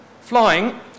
Flying